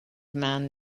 man